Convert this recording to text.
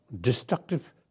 destructive